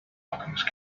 alchemist